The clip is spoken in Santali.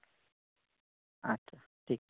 ᱟᱪᱪᱷᱟ ᱴᱷᱤᱠ